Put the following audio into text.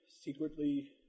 secretly